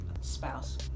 spouse